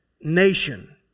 nation